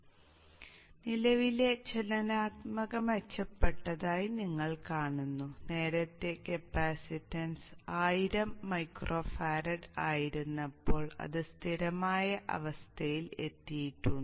അതിനാൽ നിലവിലെ ചലനാത്മകത മെച്ചപ്പെട്ടതായി നിങ്ങൾ കാണുന്നു നേരത്തെ കപ്പാസിറ്റൻസ് 1000μF ആയിരുന്നപ്പോൾ അത് സ്ഥിരമായ അവസ്ഥയിൽ എത്തിയിട്ടുണ്ട്